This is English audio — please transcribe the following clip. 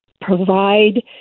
provide